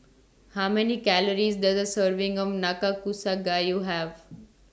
How Many Calories Does A Serving of Nakakusa Gayu Have